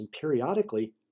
periodically